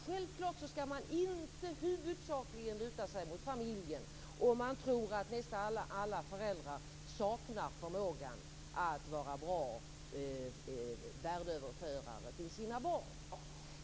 Självfallet skall man inte huvudsakligen luta sig mot familjen om man tror att nästan alla föräldrar saknar förmågan att vara bra värdeöverförare för sina barn.